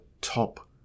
top